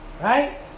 Right